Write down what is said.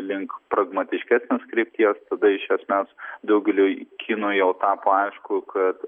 link pragmatiškesnės krypties tada iš esmės daugeliui kinų jau tapo aišku kad